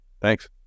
Thanks